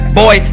boy